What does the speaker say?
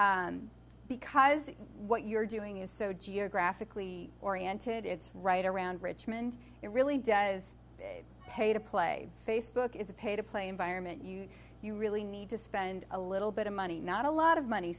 because what you're doing is so geographically oriented it's right around richmond it really does pay to play facebook is a pay to play environment you you really need to spend a little bit of money not a lot of money